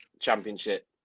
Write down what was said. championship